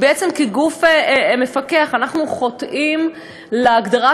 בעצם כגוף מפקח אנחנו חוטאים להגדרת